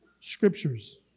scriptures